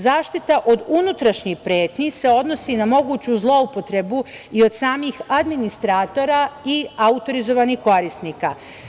Zaštita od unutrašnjih pretnji se odnosi na moguću zloupotrebu i od samih administratora i autorizovanih korisnika.